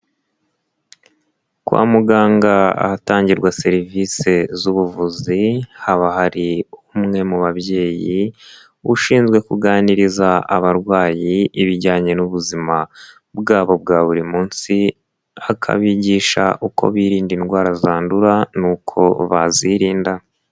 Kwa muganga ahatangirwa serivise z'ubuvuzi, haba hari umwe mu babyeyi, ushinzwe kuganiriza abarwayi ibijyanye n'ubuzima bwabo bwa buri munsi, akabigisha uko birinda indwara zandura nuko bazirinda.